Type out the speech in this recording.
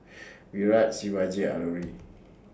Virat Shivaji and Alluri